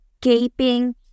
gaping